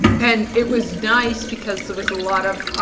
and it was nice because there was a lot of